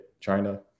China